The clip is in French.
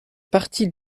parti